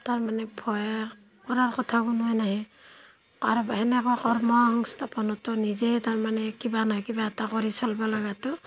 তাৰমানে ভয় কৰা কথা কোনোৱে নাহে কাৰ বা সেনেকুৱা কৰ্ম সংস্থাপনতো নিজে তাৰমানে কিবা নহয় কিবা এটা কৰি চলিব লাগেতো